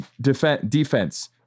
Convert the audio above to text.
defense